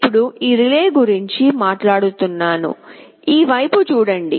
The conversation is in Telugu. ఇప్పుడు ఈ రిలే గురించి మాట్లాడుతున్నాను ఈ వైపు చూడండి